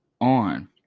on